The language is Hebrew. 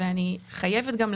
עד עכשיו הכול היה